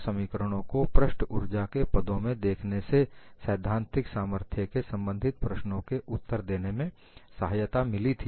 समीकरणों को पृष्ठ ऊर्जा के पदों में देखने से सैद्धांतिक सामर्थ्य से संबंधित प्रश्नों के उत्तर देने में सहायता मिली थी